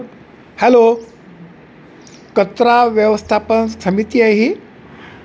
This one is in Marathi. हॅलो कचरा व्यवस्थापन समिती आहे ही